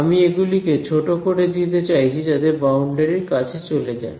আমি এগুলিকে ছোট করে দিতে চাইছি যাতে বাউন্ডারির কাছে চলে যায়